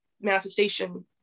manifestation